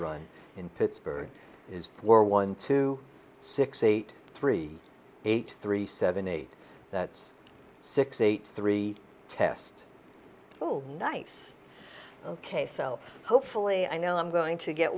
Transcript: run in pittsburgh is one two six eight three eight three seven eight that's six eight three test oh nice ok so hopefully i know i'm going to get